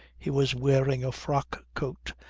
he was wearing a frock coat,